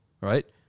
right